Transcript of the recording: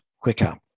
quicker